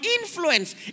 influence